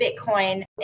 Bitcoin